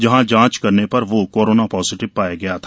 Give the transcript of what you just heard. जहां जांच करने पर वो कोरोना पॉजिटिव पाया गया था